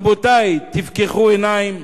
רבותי, תפקחו עיניים